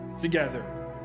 together